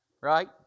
Right